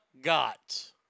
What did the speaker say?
got